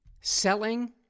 Selling